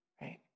right